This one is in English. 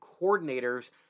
coordinators